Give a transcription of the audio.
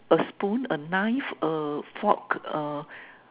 a spoon a knife a fork a